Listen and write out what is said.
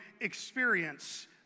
experience